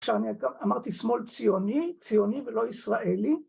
כשאני גם אמרתי שמאל ציוני, ציוני ולא ישראלי.